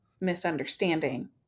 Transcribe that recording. misunderstanding